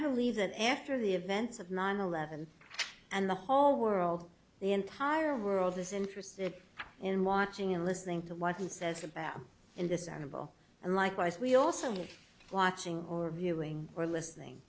believe that after the events of nine eleven and the whole world the entire world is interested in watching and listening to what it says about in this annabelle and likewise we also need watching or viewing or listening